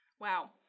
Wow